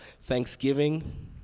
thanksgiving